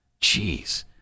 Jeez